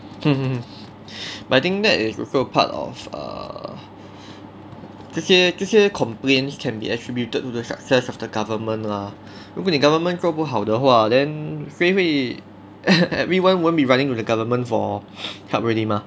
but I think that is also part of err 这些这些 complaints can be attributed to the success of the government lah 如果你 government 做不好的话 !wah! then 谁会 everyone won't be running to the government for help already mah